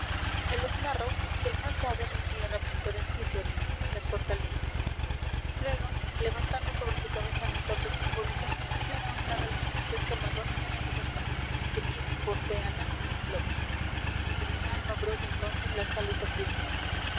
en los narrows se alcanza a ver la tierra pintoresca y florida las fortalezas luego levantando sobre su cabeza la antorcha simbólica queda a un lado la gigantesca madona de la libertad que tiene por peana un islote de mi alma brota entonces la salutación